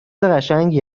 قشنگی